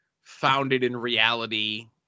founded-in-reality